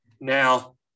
Now